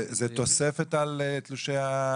זה תוספת על התלושים?